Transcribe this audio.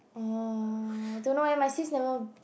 uh don't know eh my sis never